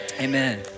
Amen